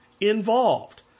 involved